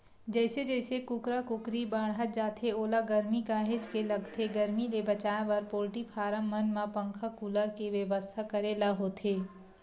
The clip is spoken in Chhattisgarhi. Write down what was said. जइसे जइसे कुकरा कुकरी बाड़हत जाथे ओला गरमी काहेच के लगथे गरमी ले बचाए बर पोल्टी फारम मन म पंखा कूलर के बेवस्था करे ल होथे